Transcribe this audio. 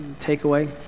takeaway